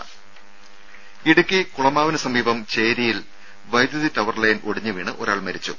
രുര ഇടുക്കി കുളമാവിന് സമീപം ചേരിയിൽ വൈദ്യുതി ടവർ ലൈൻ ഒടിഞ്ഞുവീണ് ഒരാൾ മരിച്ചു